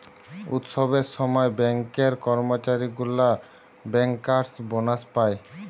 উৎসবের সময় ব্যাঙ্কের কর্মচারী গুলা বেঙ্কার্স বোনাস পায়